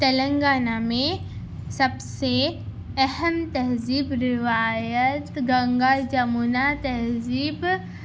تلنگانہ میں سب سے اہم تہذیب روایت گنگا جمنا تہذیب